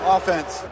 Offense